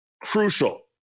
crucial